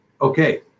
Okay